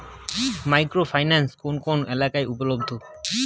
Micro finance কোন কোন এলাকায় উপলব্ধ?